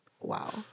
wow